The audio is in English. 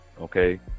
Okay